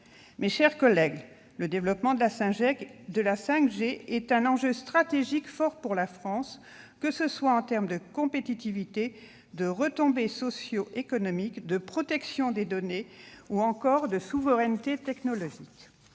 Mes chers collègues, le développement de la 5G constitue un enjeu stratégique fort pour la France, que ce soit en termes de compétitivité, de retombées socio-économiques, de protection des données ou encore de souveraineté technologique.